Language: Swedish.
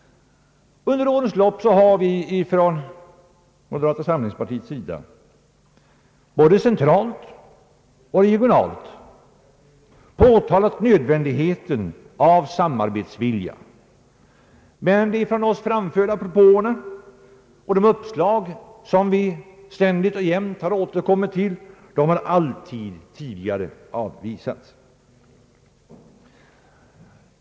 Under årens lopp har vi från moderata samlingspartiet både centralt och regionalt påtalat nödvändigheten av samarbetsvilja, men de propåer och uppslag som vi ständigt och jämnt har återkommit till har alltid tidigare avvisats.